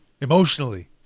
emotionally